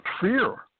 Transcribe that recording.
fear